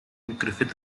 griffith